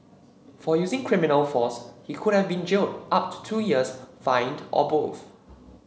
for using criminal force he could have been jailed up to two years fined or both